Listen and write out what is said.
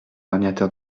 ordinateur